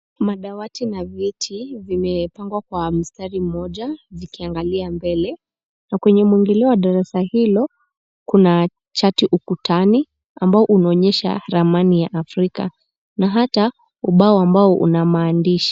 Madawati na viti vimepangwa kwa mistari moja zikiangalia mbele na kwenye mwingilio wa darasa hilo kuna chati ukutani ambao una onyesha ramani ya Afrika na hata ubao ambao una maandishi.